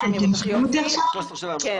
אתם שומעים אותי עכשיו?